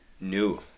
new